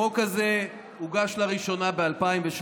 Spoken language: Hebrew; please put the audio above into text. החוק הזה הוגש לראשונה ב-2018,